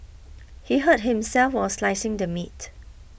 he hurt himself while slicing the meat